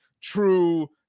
true